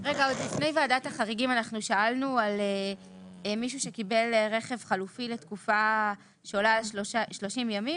אנחנו שאלנו על מישהו שקיבל רכב חלופי לתקופה שעולה על 30 ימים.